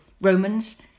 Romans